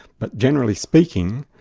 but generally speaking,